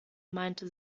meinte